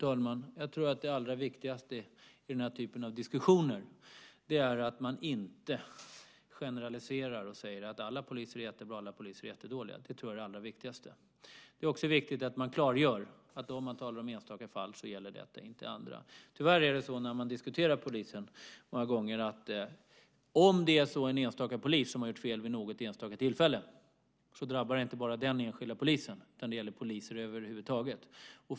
Fru talman! Det allra viktigaste i den här typen av diskussioner är att man inte generaliserar och säger att alla poliser är jättebra eller att alla poliser är jättedåliga. Det tror jag är det allra viktigaste. Det är också viktigt att man klargör att om man talar om enstaka fall det inte gäller andra. Tyvärr är det många gånger så vid diskussioner om poliser att om en enstaka polis har gjort fel vid ett enstaka tillfälle drabbar det inte bara den enskilda polisen utan det gäller poliser över huvud taget.